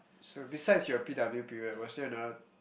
so besides your P_W period was there another